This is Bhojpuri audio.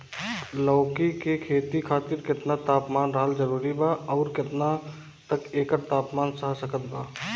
लौकी के खेती खातिर केतना तापमान रहल जरूरी बा आउर केतना तक एकर तापमान सह सकत बा?